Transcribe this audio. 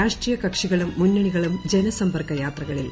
രാഷ്ട്രീയ കക്ഷികളും മുന്നുണികളും ജനസമ്പർക്ക യാത്രകളിൽ